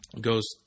Goes